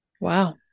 Wow